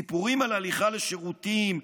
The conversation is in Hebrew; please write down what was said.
סיפורים על הליכה לשירותים,